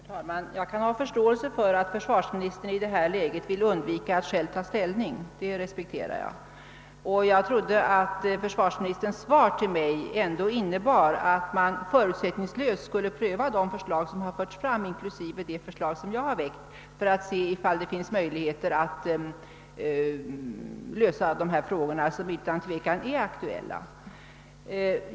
Herr talman! Jag kan ha förståelse för och respektera att försvarsministern i detta läge vill undvika att själv ta ställning. Jag trodde att försvarsministerns svar till mig ändock innebar att man förutsättningslöst skulle pröva de förslag som framförts inklusive det förslag som jag har väckt för att se om det finns möjligheter att lösa dessa frågor som utan tvekan är aktuella.